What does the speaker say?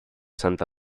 santa